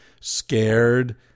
scared